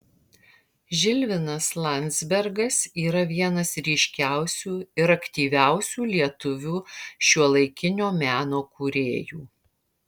žilvinas landzbergas yra vienas ryškiausių ir aktyviausių lietuvių šiuolaikinio meno kūrėjų